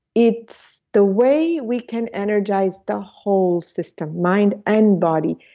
it's the way we can energize the whole system, mind and body,